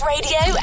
radio